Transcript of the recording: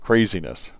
Craziness